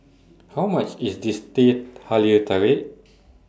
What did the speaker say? How much IS Teh Halia Tarik